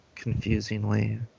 Confusingly